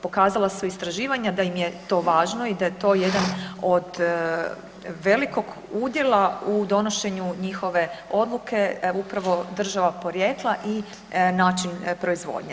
Pokazala su istraživanja da im je to važno i da je to jedan od velikog udjela u donošenju njihove odluke upravo država porijekla i način proizvodnje.